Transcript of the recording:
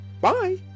Bye